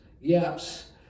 Yes